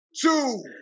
two